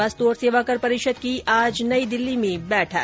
वस्तु और सेवा कर परिषद की आज नई दिल्ली में बैठक